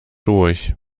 durch